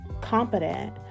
competent